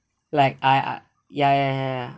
like I I ya ya ya ya ya